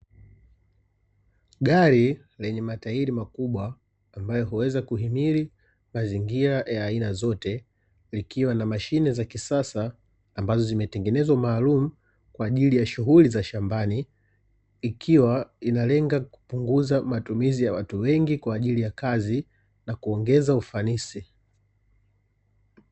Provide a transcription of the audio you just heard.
Gari lenye matairi makubwa ambalo huweza kuhimilia mazingira ya aina zote . Likiwa na mashine za kisasa ambazo zimetengenezwa maalumu kwa ajili ya shughuli za shambani. Ikiwa inalenga kupunguza matumizi ya watu wengi kwa ajili ya kazi na kuongeza ufanisi.